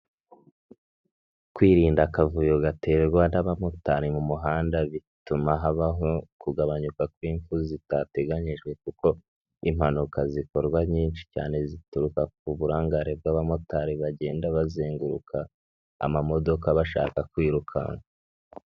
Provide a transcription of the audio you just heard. Kwirinda akavuyo gaterwa n'abamotari mu muhanda, bituma habaho kugabanyuka kw'imfu zitateganyijwe kuko impanuka zikorwa nyinshi cyane, zituruka ku burangare bw'abamotari bagenda bazenguruka amamodoka bashaka kwirukanka.